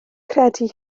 credu